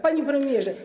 Panie Premierze!